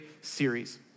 series